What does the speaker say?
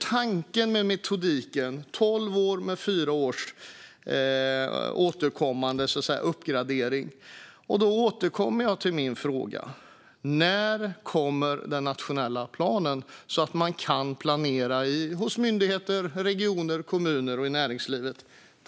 Tanken med metodiken är tolv år med återkommande uppgradering vart fjärde år. Då återkommer jag till min fråga. När kommer den nationella planen så att man kan planera hos myndigheter, regioner, kommuner och i näringslivet?